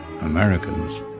Americans